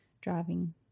driving